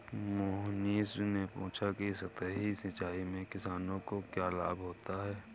मोहनीश ने पूछा कि सतही सिंचाई से किसानों को क्या लाभ होता है?